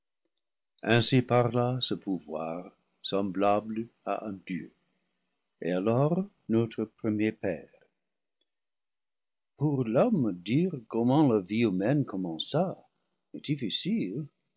ainsi parla ce pouvoir semblable à un dieu et alors notre premier père pour l'homme dire comment la vie humaine commença est difficile